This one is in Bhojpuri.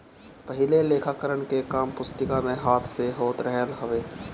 पहिले लेखाकरण के काम पुस्तिका में हाथ से होत रहल हवे